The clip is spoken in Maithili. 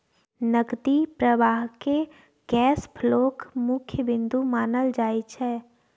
नकदी प्रवाहकेँ कैश फ्लोक मुख्य बिन्दु मानल जाइत छै